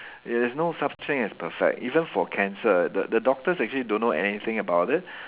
there is no such thing as perfect even for cancer the the doctors actually don't know anything about it